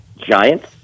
Giants